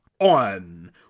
On